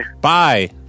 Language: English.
Bye